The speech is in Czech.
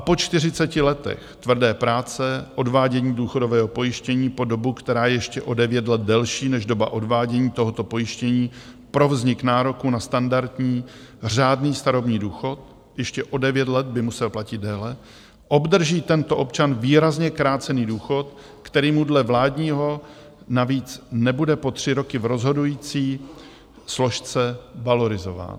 Po 40 letech tvrdé práce odvádění důchodového pojištění po dobu, která je ještě o devět let delší, než doba odvádění tohoto pojištění pro vznik nároku na standardní řádný starobní důchod ještě o devět let by musel platit déle obdrží tento občan výrazně krácený důchod, který mu dle vládního návrhu navíc nebude po tři roky v rozhodující složce valorizován.